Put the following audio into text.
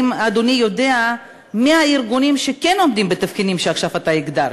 האם אדוני יודע מי הארגונים שכן עומדים בתבחינים שעכשיו הגדרת?